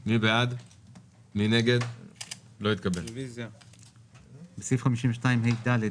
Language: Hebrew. היא צריכה להשקיע סכום שתלוי בגובה ההטבה שהיא קיבלה.